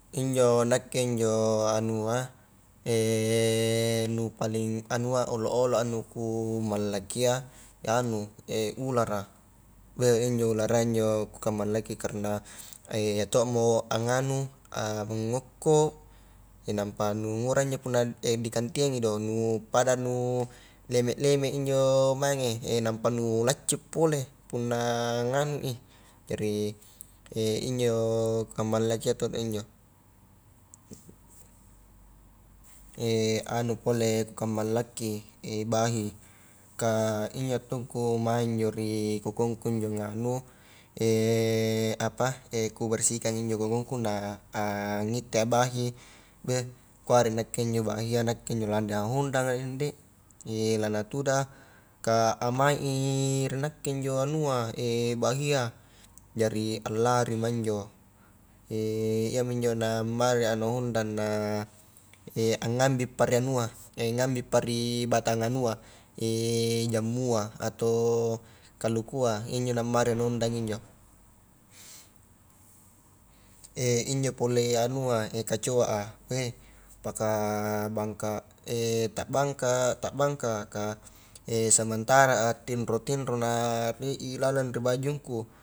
Injo nakke injo anua nu paling anua olo-oloa nu ku mallakia anu ulara injo ulara iya injo kukamallakki karna iya to mo anganu angokko, nampa nu ngura injo punna dikantiangi do, nu pada nu leme-leme injo mange nampa nu laccu pole punna nganui jari injo kumallakia todo injo, anu pole kukamallakki bahi kah injo attungku mae injo ri kokongku injo nganu apa e kubersihkangi injo kokongku na angitte a bahi beh kuara nakke injo bahia nakke injo la nahundanga dende, la natuda a, kah amai i ri nakke injo anua bahia, jari allarima injo, iyami injo na ammaria nahundang na angambippa ri anua, angambippa ri batang anua jammua atau kalukua, iya injo na mari naundang injo, injo pole anua kacoa a eh paka bangka ta bangka-ta bangka a ka sementara a tinro-tinro na rie i lalang ri bajungku.